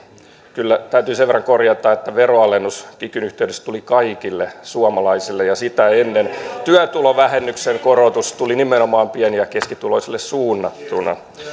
kyllä täytyy sen verran korjata että veronalennus kikyn yhteydessä tuli kaikille suomalaisille ja sitä ennen työtulovähennyksen korotus tuli nimenomaan pieni ja keskituloisille suunnattuna